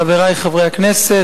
חברי חברי הכנסת,